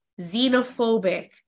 xenophobic